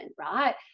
right